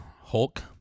Hulk